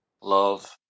love